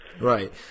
Right